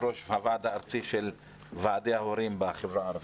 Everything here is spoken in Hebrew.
ראש הוועדה הארצי של ועדי ההורים בחברה הערבית.